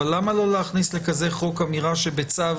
אבל למה לא להכניס לכזה חוק אמירה שבצו